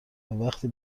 وقتی